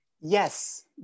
Yes